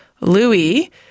Louis